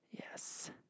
Yes